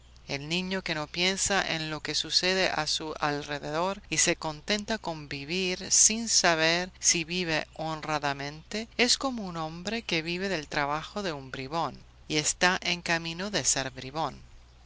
el niño que no piensa en lo que sucede a su alrededor y se contenta con vivir sin saber si vive honradamente es como un hombre que vive del trabajo de un bribón y está en camino de ser bribón